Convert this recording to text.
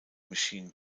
machine